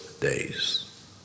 days